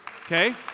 Okay